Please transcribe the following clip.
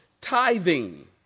tithing